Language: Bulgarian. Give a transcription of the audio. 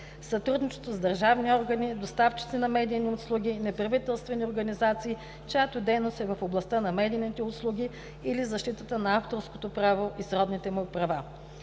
сътрудничество с държавните органи, доставчиците на медийни услуги и неправителствените организации, чиято дейност е в областта на медийните услуги или защитата на авторското право и сродните му права.